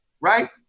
right